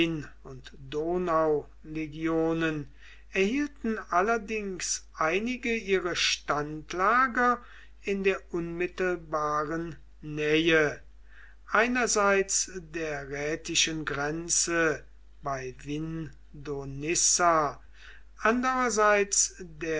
und donaulegionen erhielten allerdings einige ihre standlager in der unmittelbaren nähe einerseits der rätischen grenze bei vindonissa andererseits